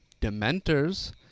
dementors